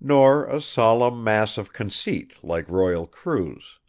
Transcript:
nor a solemn mass of conceit like royal crews